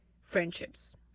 friendships